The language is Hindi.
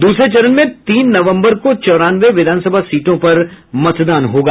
दूसरे चरण में तीन नवम्बर को चौरानवे विधानसभा सीटों पर मतदान होगा